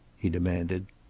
he demanded.